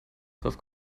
darauf